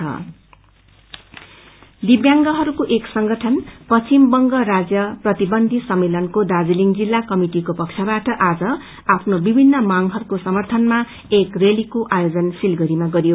सिमाबाह दिव्यांगहरूको एक संगठन पश्चिम बंग राज्य प्रतिवन्धी सम्मेलनको दार्जीलिङ जिल्ला कमिटिको पक्षवाट आज आफ्नो विभिन्न मागहरूको समर्थनमा एक रयालीको आयोजन सिलगढ़ीमा गरियो